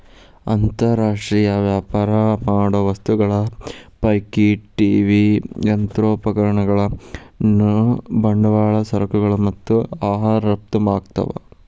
ಅಂತರ್ ರಾಷ್ಟ್ರೇಯ ವ್ಯಾಪಾರ ಮಾಡೋ ವಸ್ತುಗಳ ಪೈಕಿ ಟಿ.ವಿ ಯಂತ್ರೋಪಕರಣಗಳಂತಾವು ಬಂಡವಾಳ ಸರಕುಗಳು ಮತ್ತ ಆಹಾರ ರಫ್ತ ಆಕ್ಕಾವು